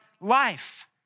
life